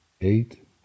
eight